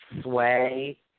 sway